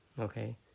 Okay